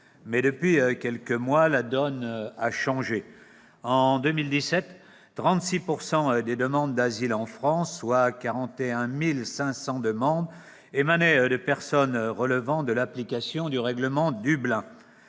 Mais, depuis quelques mois, la donne a changé. En 2017, 36 % des demandes d'asile en France, soit 41 500 demandes, émanaient de personnes relevant de l'application du règlement Dublin.